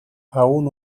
aún